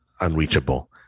unreachable